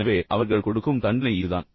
எனவே அவர்கள் கொடுக்கும் தண்டனை இதுதான்